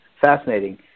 Fascinating